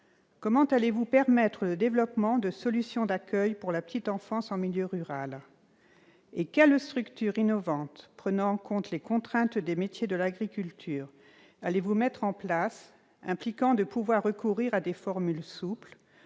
Comment allez-vous permettre le développement de solutions d'accueil pour la petite enfance en milieu rural ? Quelles structures innovantes, prenant en compte les contraintes des métiers de l'agriculture, ce qui implique de pouvoir recourir à des formules souples-